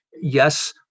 yes